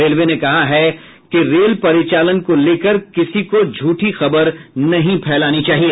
railway ने कहा है कि रेल परिचालन को लेकर किसी को झूठी खबर नहीं फैलानी चाहिए